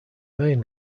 main